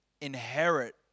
inherit